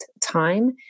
time